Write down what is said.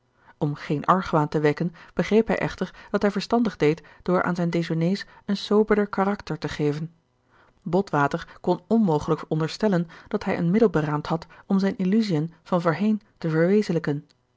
om geen argwaan te wekken begreep hij echter dat hij verstandig deed door aan zijn dejeunés een soberder karakter te geven botwater kon onmogelijk onderstellen dat hij een middel beraamd had om zijne illusien van voorheen te verwezenlijken